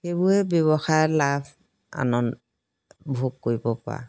সেইবোৰে ব্যৱসায় লাভ আনন্দ ভোগ কৰিব পৰা